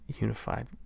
unified